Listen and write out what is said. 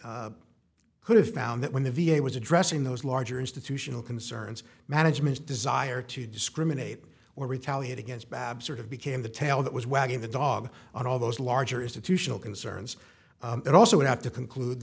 jury could have found that when the v a was addressing those larger institutional concerns management's desire to discriminate or retaliate against bob sort of became the tail that was wagging the dog on all those larger institutional concerns that also would have to conclude